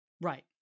Right